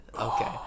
Okay